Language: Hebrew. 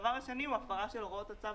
והדבר השני הוא הפרה של הוראות הצו